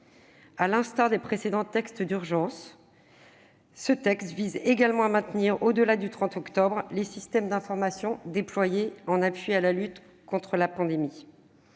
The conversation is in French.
À l'instar des précédents textes d'urgence, celui-ci vise également à maintenir, au-delà du 30 octobre 2020, les systèmes d'information déployés en appui à la lutte contre la pandémie.